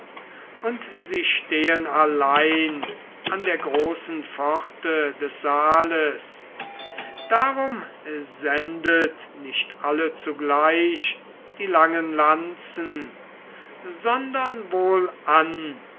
und sie stehen allein an der großen pforte des saales darum sendet nicht alle zugleich die langen lanzen sondern wohlan ihr